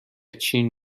چین